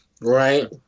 Right